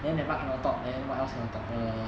then that part cannot talk and what else can I talk err